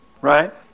right